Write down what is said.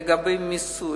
לגבי מיסוי,